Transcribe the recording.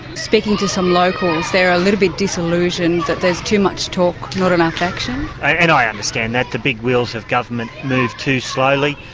speaking to some locals, they're a little bit disillusioned that there's too much talk, not enough action? and i understand that. the big wheels of government move too slowly.